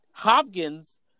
hopkins